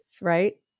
right